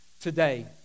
Today